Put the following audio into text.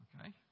Okay